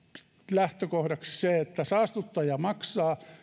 lähtökohdaksi se että saastuttaja maksaa